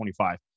25